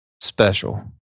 special